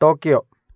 Tokyo